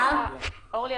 מהנתונים